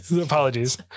Apologies